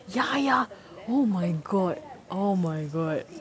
ya ya oh my god oh my god